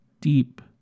Deep